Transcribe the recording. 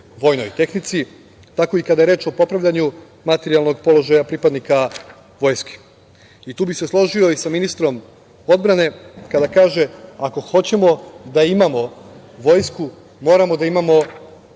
vojnoj tehnici, tako i kada je reč o popravljanju materijalnog položaja pripadnika Vojske. Tu bih se složio sa ministrom odbrane kada kaže – ako hoćemo da imamo vojsku, moramo da imamo